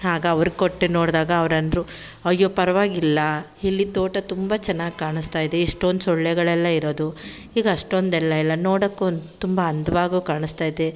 ಆಗ ಅವ್ರಿಗೆ ಕೊಟ್ಟು ನೋಡಿದಾಗ ಅವರಂದ್ರು ಅಯ್ಯೋ ಪರವಾಗಿಲ್ಲ ಇಲ್ಲಿ ತೋಟ ತುಂಬ ಚೆನ್ನಾಗಿ ಕಾಣಿಸ್ತಾಯಿದೆ ಎಷ್ಟೊಂದು ಸೊಳ್ಳೆಗಳೆಲ್ಲ ಇರೋದು ಈಗ ಅಷ್ಟೊಂದೆಲ್ಲ ಇಲ್ಲ ನೋಡಕ್ಕೂ ಒಂದು ತುಂಬ ಅಂದವಾಗು ಕಾಣಿಸ್ತದೆ